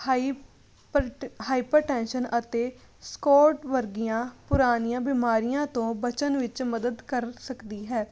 hyper hypertension ਅਤੇ ਸਕੋਟ ਵਰਗੀਆਂ ਪੁਰਾਣੀਆਂ ਬਿਮਾਰੀਆਂ ਤੋਂ ਬਚਣ ਵਿੱਚ ਮਦਦ ਕਰ ਸਕਦੀ ਹੈ